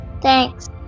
Thanks